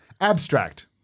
abstract